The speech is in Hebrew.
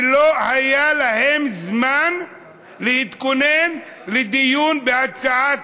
ולא היה להם זמן להתכונן לדיון בהצעת